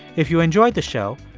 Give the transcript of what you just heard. if you enjoyed the show,